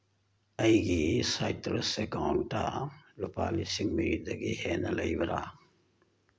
ꯑꯩꯒꯤ ꯁꯥꯏꯇ꯭ꯔꯁ ꯑꯦꯀꯥꯎꯟꯇ ꯂꯨꯄꯥ ꯂꯤꯁꯤꯡ ꯃꯔꯤꯗꯒꯤ ꯍꯦꯟꯅ ꯂꯩꯕ꯭ꯔꯥ